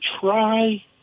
try